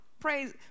praise